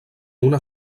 una